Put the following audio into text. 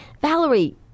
Valerie